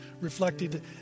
reflected